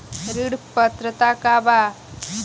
ऋण पात्रता का बा?